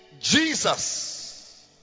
Jesus